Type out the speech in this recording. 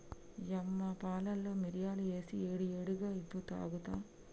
యమ్మ పాలలో మిరియాలు ఏసి ఏడి ఏడిగా ఇవ్వు తాగుత